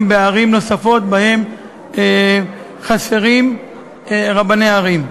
בערים נוספות שבהן חסרים רבני ערים.